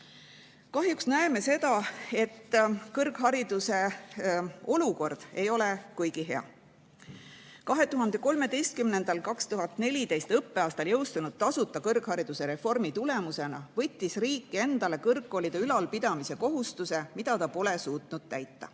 Kahjuks näeme seda, et kõrghariduse olukord ei ole kuigi hea. 2013/2014. õppeaastal jõustunud tasuta kõrghariduse[le ülemineku] reformi tulemusena võttis riik endale kõrgkoolide ülalpidamise kohustuse, mida ta pole suutnud täita.